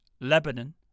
Lebanon